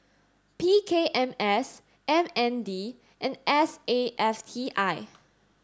P K M S M N D and S A F T I